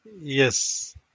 Yes